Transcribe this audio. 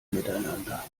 miteinander